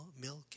milk